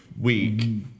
week